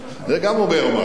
זה גם אומר משהו.